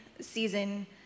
season